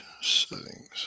settings